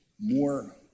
more